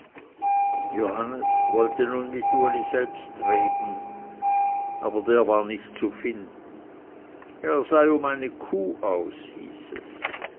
johannes wollte nun mit uli selbst reden aber der war nicht zu finden er sei um eine kuh aus hieß es